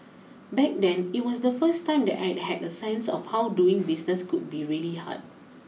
back then it was the first time that I had a sense of how doing business could be really hard